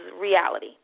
Reality